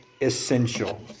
essential